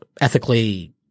ethically